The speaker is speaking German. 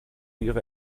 ihre